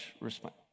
respond